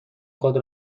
خود